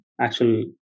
actual